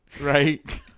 right